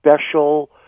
special